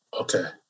Okay